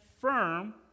firm